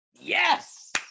yes